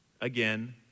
again